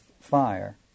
fire